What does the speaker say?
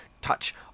touch